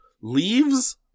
leaves